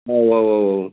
औ औ औ